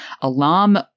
alarm